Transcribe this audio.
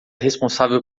responsável